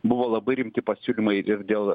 buvo labai rimti pasiūlymai ir dėl